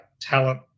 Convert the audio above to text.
talent